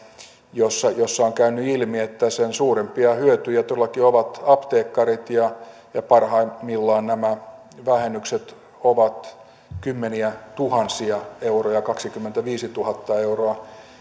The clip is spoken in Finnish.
jossa jossa on käynyt ilmi että sen suurimpia hyötyjiä todellakin ovat apteekkarit ja ja parhaimmillaan nämä vähennykset ovat kymmeniätuhansia euroja kaksikymmentäviisituhatta euroa